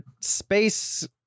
space